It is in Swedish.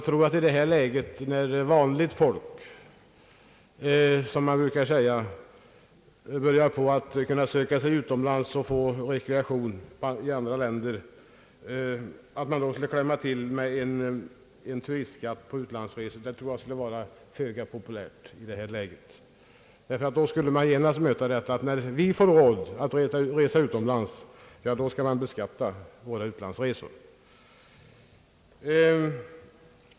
När alltså vanligt folk börjar kunna söka sig utomlands för att få rekreation, tror jag att det skulle vara föga populärt att klämma till med en turistskatt på utlandsresor. Då skulle man genast möta resonemanget att när vi får råd att resa utomlands, ja, då skall man beskatta oss.